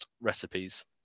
recipes